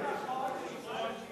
לא נכון, זה משרד השיכון.